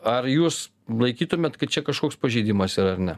ar jūs laikytumėt kad čia kažkoks pažeidimas yra ar ne